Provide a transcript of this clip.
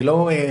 אני לא --- לא,